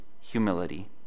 humility